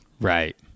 Right